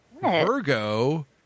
Virgo